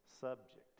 subject